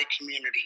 community